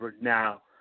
Now